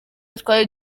twari